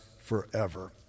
forever